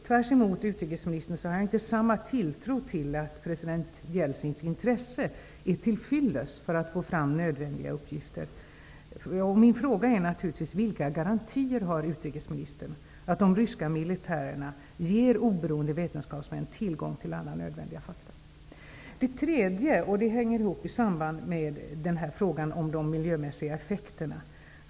Jag har inte samma tilltro som utrikesministern till att president Jeltsins intresse är till fyllest för att få fram nödvändiga uppgifter. in fråga är naturligtvis: Vilka garantier har utrikesministern för att de ryska militärerna ger oberoende vetenskapsmän tillgång till alla nödvändiga fakta? Den tredje frågan har samband med de miljömässiga effekterna.